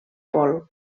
pol